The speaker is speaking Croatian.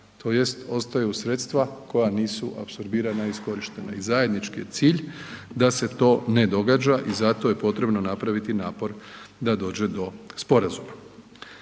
tj. ostaju sredstva koja nisu apsorbirana i iskorištena i zajednički je cilj da se to ne događa i zato je potrebno napraviti napor da dođe do sporazuma.